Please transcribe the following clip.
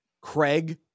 Craig